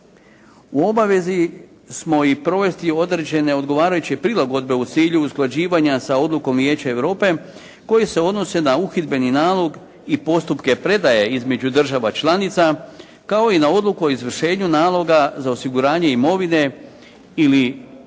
U obavezi smo i provesti određene odgovarajuće prilagodbe u cilju usklađivanja sa odlukom Vijeća Europe koji se odnosi na uhidbeni nalog i postupke predaje između država članica kao i na odluku o izvršenju naloga za osiguranje imovine ili